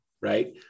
Right